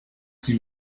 dit